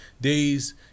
days